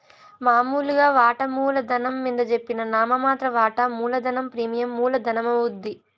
మామూలుగా వాటామూల ధనం మింద జెప్పిన నామ మాత్ర వాటా మూలధనం ప్రీమియం మూల ధనమవుద్ది